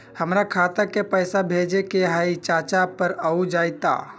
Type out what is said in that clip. हमरा खाता के पईसा भेजेए के हई चाचा पर ऊ जाएत?